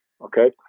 Okay